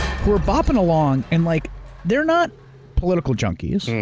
who are bopping along and like they're not political junkies